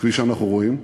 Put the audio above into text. כפי שאנחנו רואים,